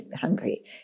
hungry